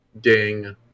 Ding